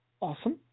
Awesome